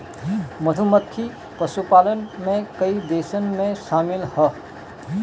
मधुमक्खी पशुपालन में कई देशन में शामिल ह